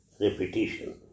repetition